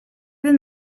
than